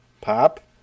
Pop